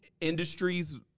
industries